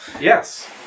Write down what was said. Yes